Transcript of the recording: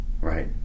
Right